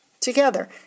together